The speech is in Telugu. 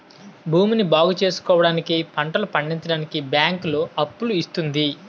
భూమిని బాగుచేసుకోవడానికి, పంటలు పండించడానికి బ్యాంకులు అప్పులు ఇస్తుంది